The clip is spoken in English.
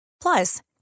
Plus